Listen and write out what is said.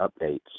updates